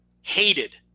hated